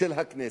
של הכנסת.